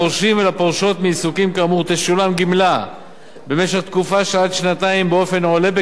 במשך תקופה של עד שנתיים באופן שעולה בקנה אחד עם המוצע בהצעת החוק.